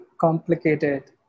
complicated